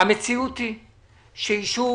המציאות היא שיישוב